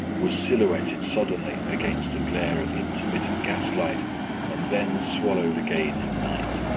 was silhouetted suddenly against the glare of intermittent gaslight and then swallowed again in night.